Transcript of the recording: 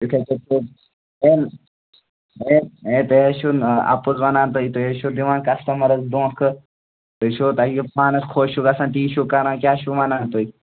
ہے تُہۍ کیٛاہ سا چھِو ہے ہے تُہۍ حظ چھِو آ اَپُز وَنان تُہۍ تُہۍ حظ چھِو دِوان کَسٹٕمرَس دۄنٛکھٕ تُہۍ چھُو تۄہہِ یہِ پانَس خۄش چھُو گژھان تی چھُو کَران کیٛاہ چھُو وَنان تُہۍ